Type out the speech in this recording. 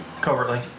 Covertly